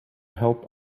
help